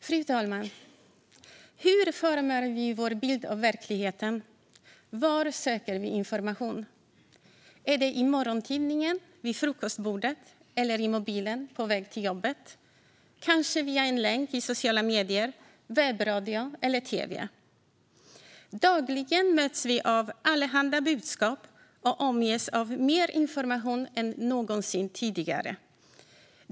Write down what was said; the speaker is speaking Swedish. Fru talman! Hur formar vi vår bild av verkligheten? Var söker vi information? Är det i morgontidningen vid frukostbordet eller i mobilen på väg till jobbet? Kanske via en länk i sociala medier, webbradio eller tv? Dagligen möts vi av allehanda budskap och omges av mer information än någonsin tidigare.